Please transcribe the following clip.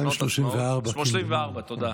234. 34, תודה.